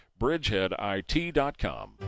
bridgeheadit.com